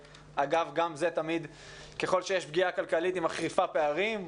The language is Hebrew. אגב, ככל שיש פגיעה כלכלית היא מחריפה פערים.